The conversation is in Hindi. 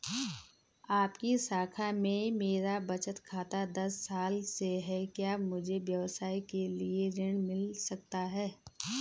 आपकी शाखा में मेरा बचत खाता दस साल से है क्या मुझे व्यवसाय के लिए ऋण मिल सकता है?